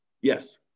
Yes